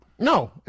No